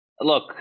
Look